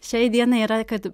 šiai dienai yra kad